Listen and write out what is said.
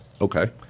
Okay